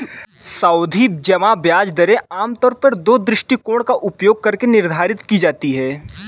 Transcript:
सावधि जमा ब्याज दरें आमतौर पर दो दृष्टिकोणों का उपयोग करके निर्धारित की जाती है